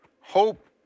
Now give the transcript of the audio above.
hope